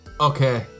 Okay